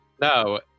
No